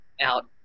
out